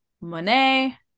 Monet